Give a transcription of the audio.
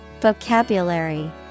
Vocabulary